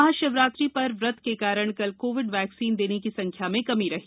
महाशिवरात्रि पर व्रत के कारण कल कोविड वैक्सीन देने की संख्या में कमी रही